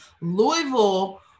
Louisville